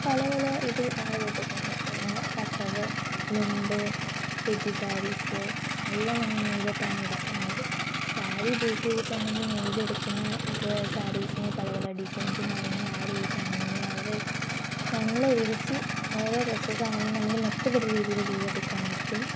പല പല ഇത് നമ്മൾ കേട്ടിട്ടുണ്ട് പിന്നെ കസവ് മുണ്ട് സെറ്റ് സാരീസ് എല്ലാം നമ്മൾ നെയ്തിട്ടാണ് എടുക്കുന്നത് സാരി ബെയ്സ് ചെയ്തിട്ടാണെങ്കിൽ നെയ്തെടുക്കുന്ന സാരീസിന് പല പല ഡിസൈൻസും കാര്യങ്ങളും ഏഡ്ഡ് ചെയ്തിട്ടാണെങ്കിലും വളരെ നല്ല രീതിയ്ക്ക് ഓരോ ഡ്രസ്സസാണെങ്കിലും നമുക്ക് മെച്ചപ്പെട്ട രീതിയിൽ ചെയ്തെടുക്കാൻ പറ്റും